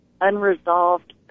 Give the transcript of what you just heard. unresolved